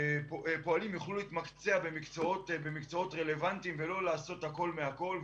כדי שפועלים יוכלו להתמקצע במקצועות רלוונטיים ולא לעשות הכול מהכול.